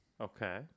Okay